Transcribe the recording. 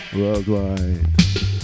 worldwide